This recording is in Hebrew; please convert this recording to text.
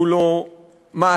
והוא לא מעשי,